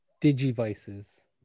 Digivices